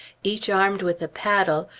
each armed with a paddle,